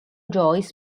joyce